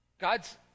God's